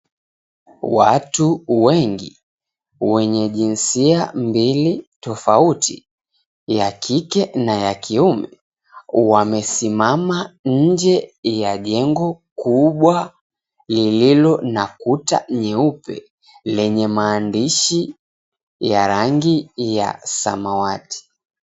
Watu wengi wenye jinsia mbili tofauti ya kike na ya kiume wamesimama nje ya jengo kubwa lililo na kuta nyeupe lenye maandishi ya rangi ya samawati.